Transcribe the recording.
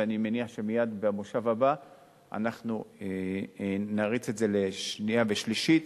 ואני מניח שמייד במושב הבא אנחנו נריץ את זה לקריאה שנייה ושלישית.